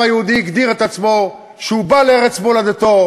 היהודי הגדיר את עצמו שהוא בא לארץ מולדתו